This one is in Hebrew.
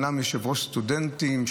אומנם יושב-ראש אגודת הסטודנטים,